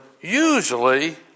usually